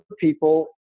people